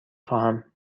خواهم